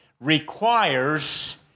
requires